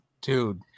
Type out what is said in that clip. dude